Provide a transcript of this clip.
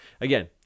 again